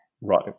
Right